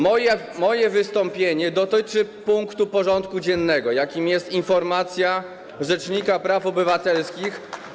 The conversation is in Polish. Moje wystąpienie dotyczy punktu porządku dziennego, jakim jest informacja rzecznika praw obywatelskich.